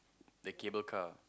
the cable car